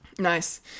Nice